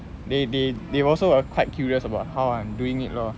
they they they also were quite curious about how I'm doing it lor